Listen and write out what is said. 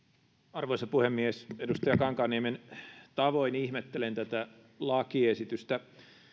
arvoisa puhemies edustaja kankaanniemen tavoin ihmettelen tätä lakiesitystä